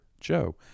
joe